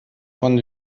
von